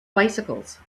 bicycles